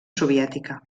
soviètica